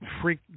freak